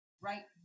right